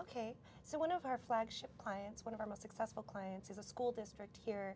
ok so one of our flagship clients one of our most successful clients is a school district here